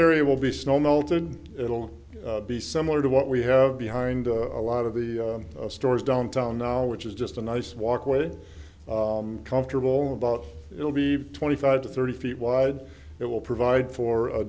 area will be snow melted it will be similar to what we have behind a lot of the stores downtown now which is just a nice walkway comfortable about it will be twenty five to thirty feet wide it will provide for